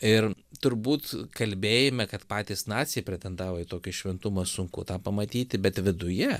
ir turbūt kalbėjime kad patys naciai pretendavo į tokį šventumą sunku tą pamatyti bet viduje